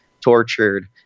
tortured